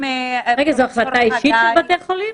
זו החלטה אישית של בתי החולים?